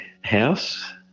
house